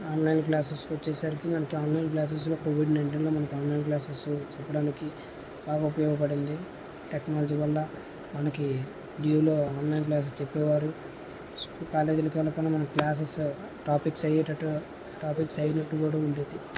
online classes కి వచ్చే సరికి మనకి ఆన్లైన్ క్లాసెస్ లో కోవిడ్ నైంటీన్ లో మనకి ఆన్లైన్ క్లాసెస్ చెప్పడానికి బాగా ఉపయోగపడింది టెక్నాలజీ వల్ల మనకి లైవ్ లో క్లాసెస్ చెప్పేవారు స్ కాలేజీ లకి వెళ్ళకుండా మనం క్లాసెస్ టాపిక్స్ అయ్యేటట్టు టాపిక్స్ అయ్యినట్టు కూడా ఉండేది